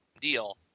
deal